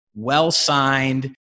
well-signed